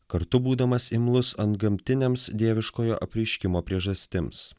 kartu būdamas imlus antgamtiniams dieviškojo apreiškimo priežastims